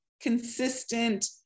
consistent